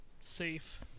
safe